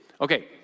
Okay